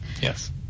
Yes